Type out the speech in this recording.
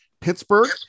Pittsburgh